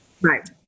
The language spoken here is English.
Right